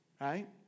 Right